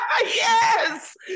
yes